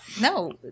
No